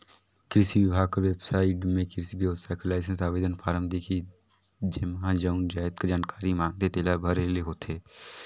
किरसी बिभाग कर बेबसाइट में किरसी बेवसाय बर लाइसेंस आवेदन फारम दिखही जेम्हां जउन जाएत कर जानकारी मांगथे तेला भरे ले होथे